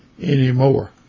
anymore